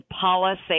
policy